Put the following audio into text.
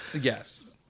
Yes